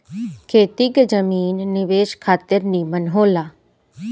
खेती के जमीन निवेश खातिर निमन होला